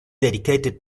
dedicated